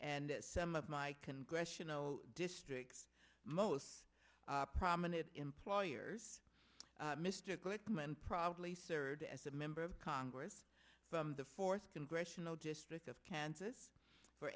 and some of my congressional district most prominent employers mr goodman probably served as a member of congress from the fourth congressional district of kansas for